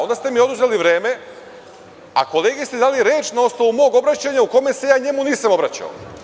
Onda ste mi oduzeli vreme, a kolegi ste dali reč na osnovu mog obraćanja u kome se ja njemu nisam obraćao.